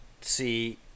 see